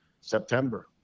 September